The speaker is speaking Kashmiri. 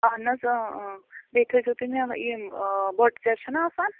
اہَن حظ بیٚیہِ تھٲیزیو تُہۍ مےٚ یِم بۄٹہٕ ژیرٕ چھَنہ آسان